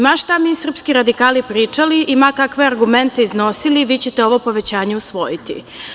Ma šta mi srpski radikali pričali i ma kakve argumente iznosili, vi ćete ovo povećanje usvojiti.